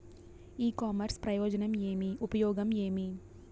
ఇ commerce ప్రయోజనం ఏమి? ఉపయోగం ఏమి?